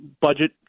budget